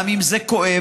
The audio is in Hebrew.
גם אם זה כואב,